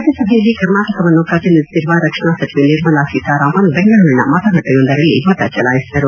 ರಾಜ್ಯಸಭೆಯಲ್ಲಿ ಕರ್ನಾಟಕವನ್ನು ಪ್ರತಿನಿಧಿಸಿರುವ ರಕ್ಷಣಾ ಸಚಿವೆ ನಿರ್ಮಲಾ ಸೀತಾರಾಮನ್ ಬೆಂಗಳೂರಿನ ಮತಗಟ್ಟೆಯೊಂದರಲ್ಲಿ ಮತ ಚಲಾಯಿಸಿದರು